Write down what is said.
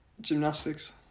Gymnastics